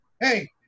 Hey